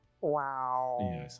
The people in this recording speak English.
Wow